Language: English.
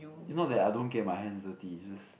it's not that I don't get my hands dirty it's just